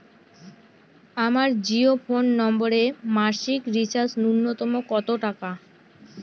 আমার জিও ফোন নম্বরে মাসিক রিচার্জ নূন্যতম কত টাকা?